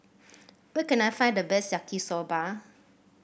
where can I find the best Yaki Soba